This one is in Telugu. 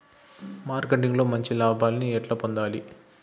మార్కెటింగ్ లో మంచి లాభాల్ని ఎట్లా పొందాలి?